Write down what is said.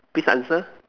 please answer